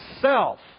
self